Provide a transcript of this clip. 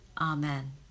Amen